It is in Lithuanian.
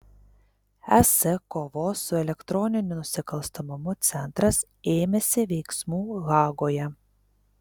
es kovos su elektroniniu nusikalstamumu centras ėmėsi veiksmų hagoje